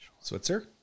Switzer